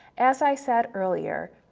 as i said earlier,